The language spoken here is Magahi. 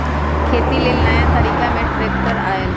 खेती लेल नया तरिका में ट्रैक्टर आयल